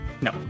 No